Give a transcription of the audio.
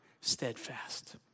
steadfast